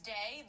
Day